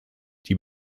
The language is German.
die